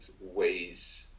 ways